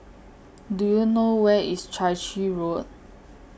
Do YOU know Where IS Chai Chee Road